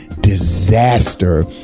disaster